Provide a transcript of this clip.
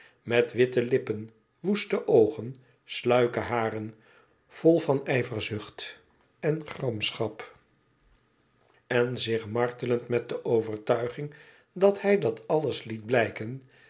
met witte lippen woeste oogen sluike haren vol van ijverzucht en gramschapen zich martelend met de overtuiging dat hij dat alles liet blijken